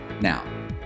Now